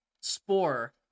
Spore